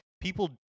People